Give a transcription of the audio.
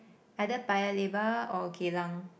either Paya-Lebar or Geylang